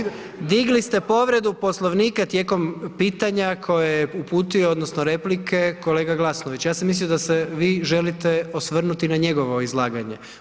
Digli ste povredu Poslovnika tijekom pitanje koje je uputio odnosno replike kolege Glasnovića, ja sam mislio da se vi želite osvrnuti na njegovo izlaganje.